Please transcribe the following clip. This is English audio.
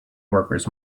workers